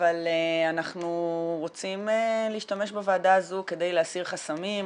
אבל אנחנו רוצים להשתמש בוועדה הזו כדי להסיר חסמים,